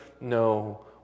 no